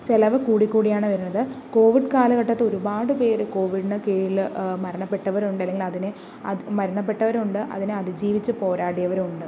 ചിലവ് കൂടിക്കൂടിയാണ് വരുന്നത് കോവിഡ് കാലഘട്ടത്തിൽ ഒരുപാട് പേർ കോവിഡിന് കീഴിൽ മരണപ്പെട്ടവർ ഉണ്ട് അല്ലെങ്കിൽ അതിനെ മരണപ്പെട്ടവരും ഉണ്ട് അതിനെ അതിജീവിച്ച് പോരാടിയവരും ഉണ്ട്